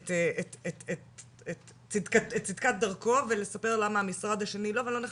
את צדקת דרכם ולספר למה המשרד השני לא,